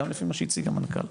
גם לפי מה שהציג המנכ"ל.